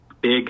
big